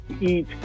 eat